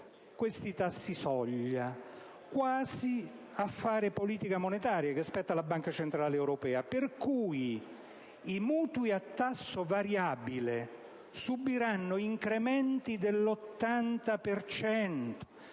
questi tassi-soglia, quasi a fare la politica monetaria che spetta alla Banca centrale europea, per cui i mutui a tasso variabile subiranno incrementi dell'80